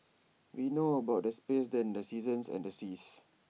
we know about the space than the seasons and the seas